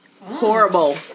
Horrible